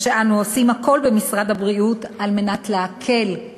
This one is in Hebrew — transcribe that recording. אנו עושים הכול במשרד הבריאות על מנת להקל את